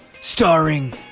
Starring